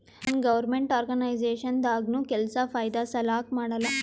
ನಾನ್ government organisation ದಾಗ್ನು ಕೆಲ್ಸಾ ಫೈದಾ ಸಲಾಕ್ ಮಾಡಲ್ಲ